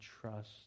trust